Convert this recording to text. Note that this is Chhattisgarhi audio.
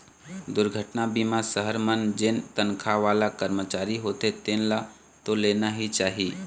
दुरघटना बीमा सहर मन जेन तनखा वाला करमचारी होथे तेन ल तो लेना ही चाही